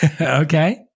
Okay